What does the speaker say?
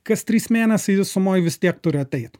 kas trys mėnesiai visumoj vis tiek turi ateit